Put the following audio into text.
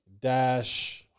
dash